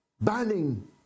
banning